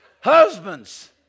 Husbands